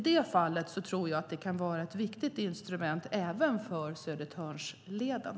Det tror jag kan vara ett viktigt instrument även vad gäller Södertörnsleden.